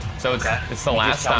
so it's the last stop.